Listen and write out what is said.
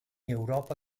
europa